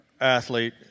athlete